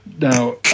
now